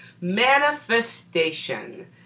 Manifestation